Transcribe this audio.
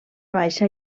baixa